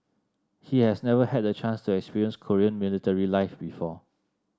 he has never had the chance to experience Korean military life before